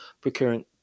procuring